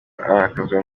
arakazwa